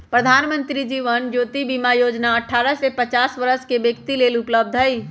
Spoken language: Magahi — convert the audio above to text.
प्रधानमंत्री जीवन ज्योति बीमा जोजना अठारह से पचास वरस के व्यक्तिय लेल उपलब्ध हई